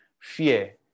fear